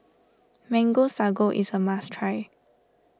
Mango Sago is a must try